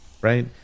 right